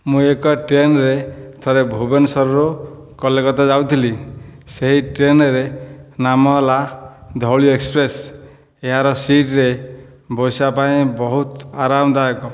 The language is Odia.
ମୁଁ ଏକ ଟ୍ରେନ୍ରେ ଥରେ ଭୁବନେଶ୍ୱରରୁ କଲିକତା ଯାଉଥିଲି ସେଇ ଟ୍ରେନ୍ରେ ନାମ ହେଲା ଧଉଳି ଏକ୍ସପ୍ରେସ୍ ଏହାର ସିଟ୍ରେ ବସିବାପାଇଁ ବହୁତ ଆରାମଦାୟକ